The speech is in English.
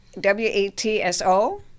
W-A-T-S-O